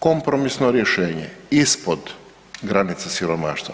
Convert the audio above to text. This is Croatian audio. Kompromisno rješenje ispod granice siromaštva.